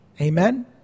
Amen